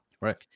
right